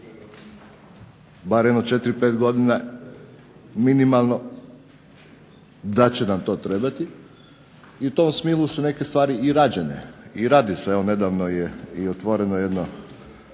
bar jedno 4, 5 godina minimalno da će nam to trebati i u tom smjeru su neke stvari i rađene, i radi se, evo nedavno je i otvoreno jedno